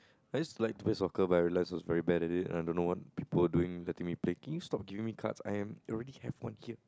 I just like to play soccer but I realise I was very bad at it and I don't know what people doing letting me play can you please stop giving me cards I am I already have one here